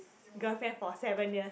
girlfriend for seven years